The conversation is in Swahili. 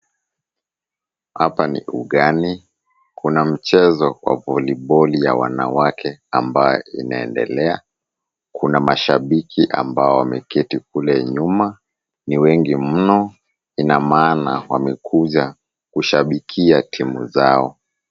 Hapa ni ugani. Kuna mchezo wa voliboli ya wanawake ambayo inaendelea. Kuna mashabiki ambao wameketi kule nyuma. Ni wengi mno. Ina maana wamekuja kushabikia timu zao.